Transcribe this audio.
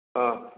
অঁ